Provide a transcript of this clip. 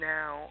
Now